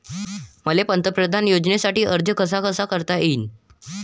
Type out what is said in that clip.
मले पंतप्रधान योजनेसाठी अर्ज कसा कसा करता येईन?